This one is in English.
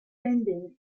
ending